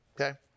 okay